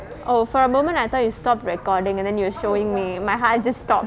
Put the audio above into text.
oh for a moment I thought you stop recording and then you're showing me my heart just stopped